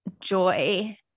joy